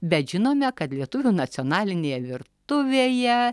bet žinome kad lietuvių nacionalinėje virtuvėje